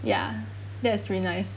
ya that's really nice